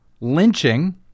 lynching